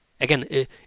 again